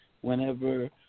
Whenever